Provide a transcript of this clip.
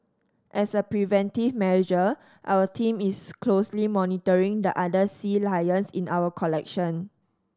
as a preventive manager our team is closely monitoring the other sea lions in our collection